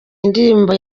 indirimbo